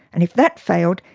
and if that failed,